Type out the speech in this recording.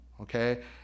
okay